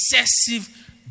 excessive